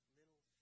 little